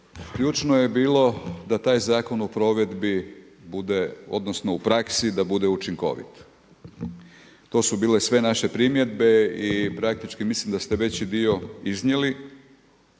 ključno je bilo da taj zakon u provedbi bude odnosno u praksi da bude učinkovit. To su bile sve naše primjedbe i praktički mislim da ste veći dio iznijeli.